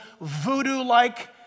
voodoo-like